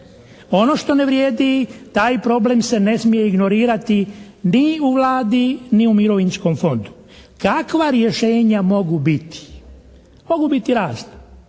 Ono što ne vrijedi, taj problem se ne smije ignorirati ni u Vladi ni u Mirovinskom fondu. Kakva rješenja mogu biti? Mogu biti razna.